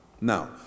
Now